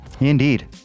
indeed